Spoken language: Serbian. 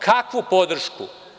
Kakvu podršku?